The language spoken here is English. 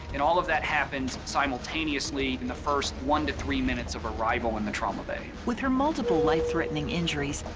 and all of that happens simultaneously in the first one to three minutes of arrival in the trauma bay. with her multiple life threatening injuries,